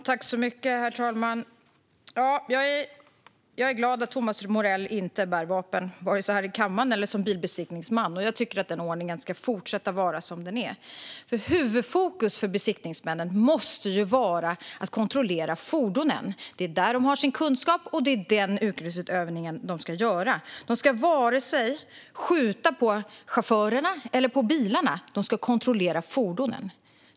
Herr talman! Jag är glad att Thomas Morell inte bär vapen, vare sig här i kammaren eller som bilbesiktningsman. Jag tycker att denna ordning ska fortsätta att vara som den är, för huvudfokus för bilbesiktningsmän måste vara att kontrollera fordonen. Det är där de har sin kunskap, och det är denna yrkesutövning de ska ha. De ska inte skjuta på vare sig chaufförer eller bilar, utan de ska kontrollera fordon.